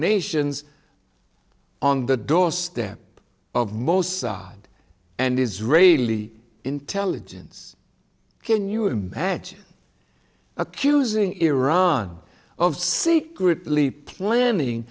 assassinations on the doorstep of mossad and israeli intelligence can you imagine accusing iran of secretly planning